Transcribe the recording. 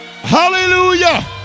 hallelujah